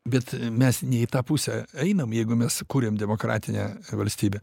bet mes ne į tą pusę einam jeigu mes kuriam demokratinę valstybę